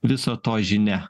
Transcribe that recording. viso to žinia